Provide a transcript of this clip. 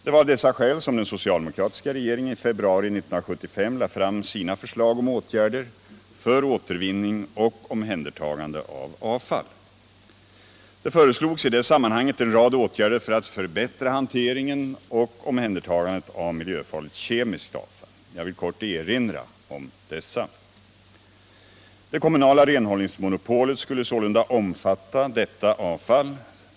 Det var av dessa skäl som den socialdemokratiska regeringen i februari 1975 lade fram sina förslag om åtgärder för återvinning och omhändertagande av avfall. Det föreslogs i det sammanhanget en rad åtgärder för att förbättra hanteringen och omhändertagandet av miljöfarligt kemiskt avfall. Jag vill kort erinra om dessa. Det kommunala renhållningsmonopolet skulle sålunda omfatta detta avfall.